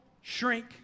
shrink